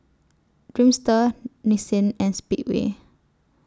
Dreamster Nissin and Speedway